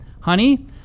Honey